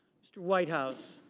mr. whitehouse.